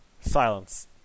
Silence